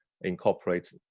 incorporate